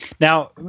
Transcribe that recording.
Now